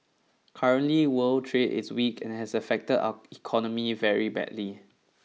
currently world trade is weak and has affected our economy very badly